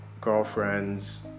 girlfriends